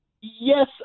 Yes